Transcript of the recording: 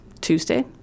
Tuesday